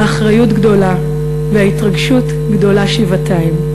האחריות גדולה וההתרגשות גדולה שבעתיים.